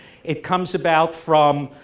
it comes about from